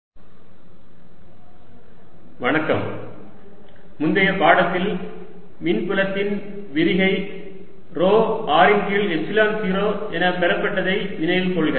ஒரு புலத்தின் சுருட்டை I முந்தைய பாடத்தில் மின்புலத்தின் விரிகை ρ r ன் கீழ் எப்சிலன் 0 என பெறப்பட்டதை நினைவில் கொள்க